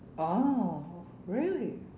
oh really